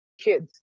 kids